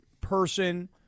person